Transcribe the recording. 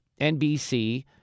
NBC